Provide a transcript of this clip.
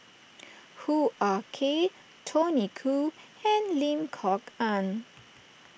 Hoo Ah Kay Tony Khoo and Lim Kok Ann